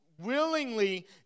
willingly